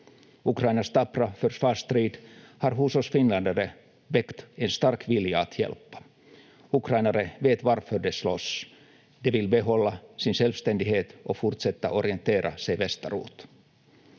Ukrainas tappra försvarsstrid har hos oss finländare väckt en stark vilja att hjälpa. Ukrainare vet varför de slåss: De vill behålla sin självständighet och fortsätta orientera sig västerut.